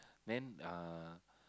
then uh